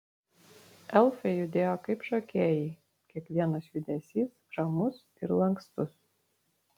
elfai judėjo kaip šokėjai kiekvienas judesys ramus ir lankstus